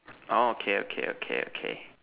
orh okay okay okay okay